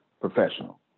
professional